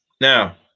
Now